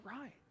right